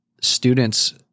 students